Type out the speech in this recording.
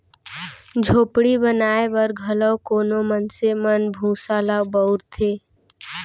झोपड़ी बनाए बर घलौ कोनो मनसे मन ह भूसा ल बउरथे